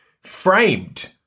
framed